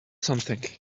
something